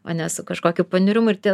o ne su kažkokiu paniurimu ir tie